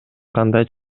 кандай